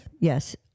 Yes